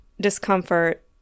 discomfort